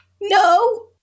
No